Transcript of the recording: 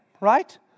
right